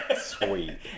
Sweet